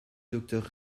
docteur